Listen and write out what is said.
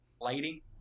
lighting